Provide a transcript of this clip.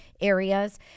areas